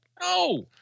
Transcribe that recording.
No